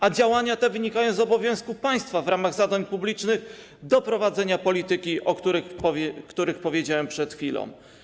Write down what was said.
A działania te wynikają z obowiązku państwa, w ramach zadań publicznych, prowadzenia polityki, o której powiedziałem przed chwilą.